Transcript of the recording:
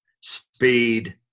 speed